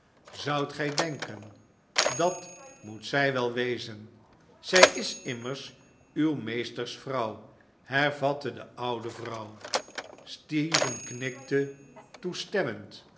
zoudt gij denken dat moet zij wel wezen zij is immers uw meesters vrouw hervatte de oude vrouw stephen knikte toestemmend